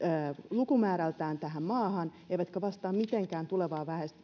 tähän maahan eivätkä vastaa mitenkään tulevaa